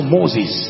Moses